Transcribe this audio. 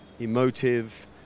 emotive